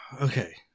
okay